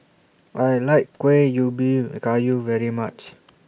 I like Kueh Ubi Kayu very much